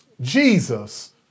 Jesus